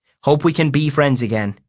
hope we can b friends agen.